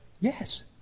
Yes